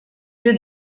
lieu